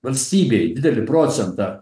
valstybėj didelį procentą